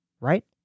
Right